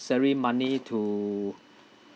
money to